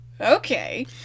okay